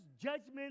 judgment